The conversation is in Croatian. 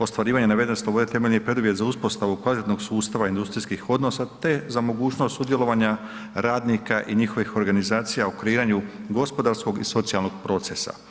Ostvarivanje navedene slobode temeljni je preduvjet za uspostavu kvalitetnog sustava industrijskih odnosa te za mogućnost sudjelovanja radnika i njihovih organizacija u kreiranju gospodarskog i socijalnog procesa.